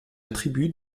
attribue